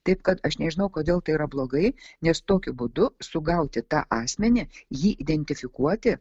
taip kad aš nežinau kodėl tai yra blogai nes tokiu būdu sugauti tą asmenį jį identifikuoti